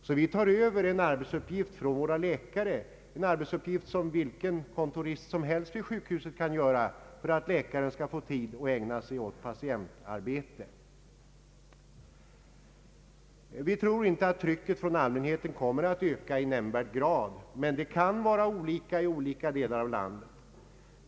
Vi tar alltså från våra läkare över en arbetsuppgift, som vilken kontorist som helst vid sjukhuset kan utföra, för att läkaren skall få tid att ägna sig åt patientarbete. Vi tror inte att trycket från allmänheten kommer att öka i nämnvärd grad, men det kan vara olika i olika delar av landet.